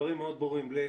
הדברים מאוד ברורים.